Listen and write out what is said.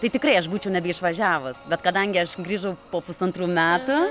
tai tikrai aš būčiau nebeišvažiavus bet kadangi aš grįžau po pusantrų metų